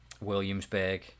Williamsburg